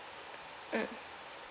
mm